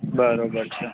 બરાબર છે